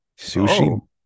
Sushi